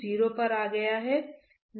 तो xdot शरीर बल है